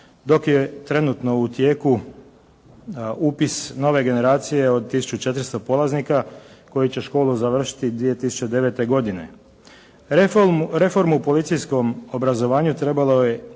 Dok je trenutno u tijeku upis nove generacije od 1400 polaznika koji će školu završiti 2009. godine. Reformu u policijskom obrazovanju trebalo je